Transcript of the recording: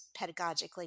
pedagogically